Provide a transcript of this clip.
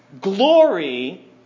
glory